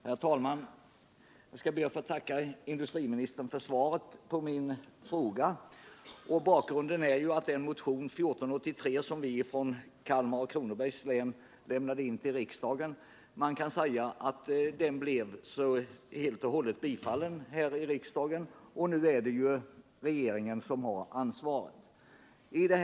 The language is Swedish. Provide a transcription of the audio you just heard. Herr talman! Jag skall be att få tacka industriministern för svaret på min fråga. Bakgrunden till frågan är att den motion, nr 1483, som vi från Kalmar och Kronobergs län väckte här i riksdagen blev, kan man säga, helt och hållet bifallen, och nu är det regeringen som har ansvaret.